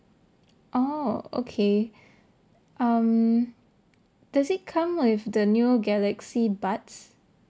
oh okay um does it come with the new galaxy buds